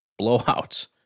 blowouts